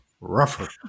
rougher